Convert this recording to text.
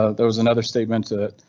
ah there was another statement to that.